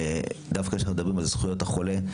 כאשר אנחנו מדברים על זכויות החולה,